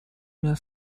una